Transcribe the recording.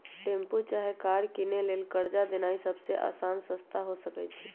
tempo चाहे car किनै लेल कर्जा लेनाइ सबसे अशान रस्ता हो सकइ छै